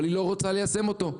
אבל היא לא רוצה ליישם אותו.